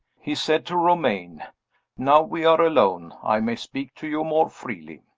he said to romayne now we are alone, i may speak to you more freely.